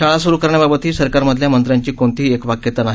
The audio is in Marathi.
शाळा स्रु करण्याबाबतही सरकारमधल्या मंत्र्यांची कोणतीही एकवाक्यता नाही